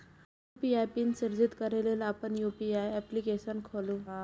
UPI PIN सृजित करै लेल अपन यू.पी.आई एप्लीकेशन खोलू